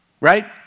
right